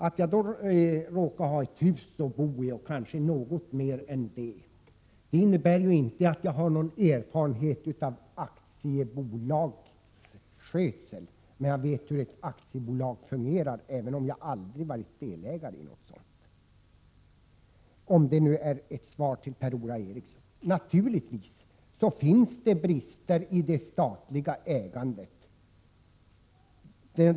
Att jag sedan råkar ha ett hus att bo i och kanske något mer än det innebär ju inte att jag har någon erfarenhet av aktiebolags skötsel, men jag vet hur ett aktiebolag fungerar även om jag aldrig varit delägare i något sådant. Detta får vara mitt Prot. 1987/88:126 svar till Per-Ola Eriksson. 25 maj 1988 Naturligtvis finns det brister i det statliga ägandet.